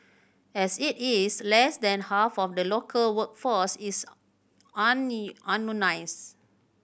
as it is less than half of the local workforce is